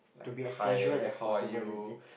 to be as casual as possible is it